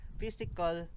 physical